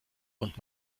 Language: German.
und